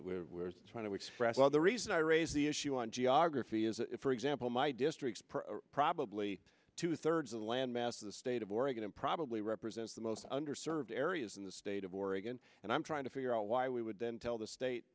where we're trying to express well the reason i raise the issue on geography is that for example my district probably two thirds of the landmass of the state of oregon and probably represents the most under served areas in the state of oregon and i'm trying to figure out why we would then tell the state